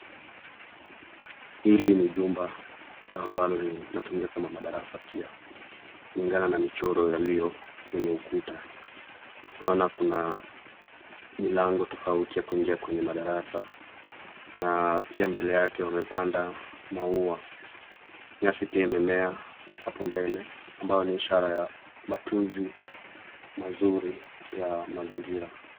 Hili ni jumba ambalo linatumika kama madarasa pia, kulingana na michoro yaliyo kwenye ukuta. Naona kuna milango tofauti ya kuingia kwenye madarasa na pia mbele yake wamepanda maua, nyasi pia imemea hapo mbele ambayo ni ishara ya matunzi mazuri ya mazingira.